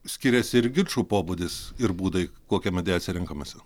skiriasi ir ginčų pobūdis ir būdai kokią mediaciją renkamasi